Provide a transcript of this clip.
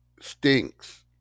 stinks